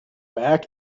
back